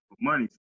money